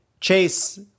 Chase